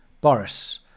Boris